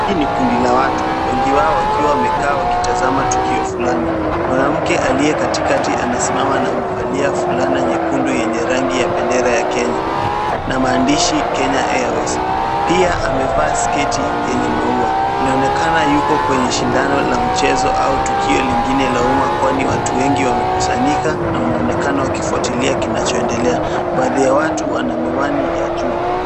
Hili ni kundi la watu, wengi wao wakiwa wamekaa wakitazama tukio fulani. Mwanamke aliye katikati anasimama na amevalia fulana nyekundu yenye rangi ya bendera ya Kenya na maandishi Kenya Airways pia amevaa sketi yenye maua inaonekana yuko kwenye shindano la mchezo au tukio lingine la umma kwani watu wengi wemekusanyika na wanaonekana wakifuatilia kinachoendelea. Baadhi ya watu wana miwani ya jua.